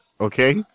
okay